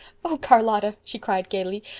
oh, charlotta, she cried gaily,